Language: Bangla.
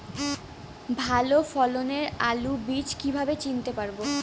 ভালো ফলনের আলু বীজ কীভাবে চিনতে পারবো?